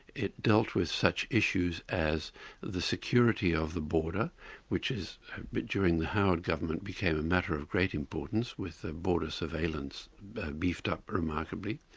it dealt with such issues as the security of the border which but during the howard government became a matter of great importance with ah border surveillance beefed up remarkably.